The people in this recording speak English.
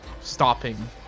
stopping